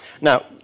Now